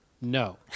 No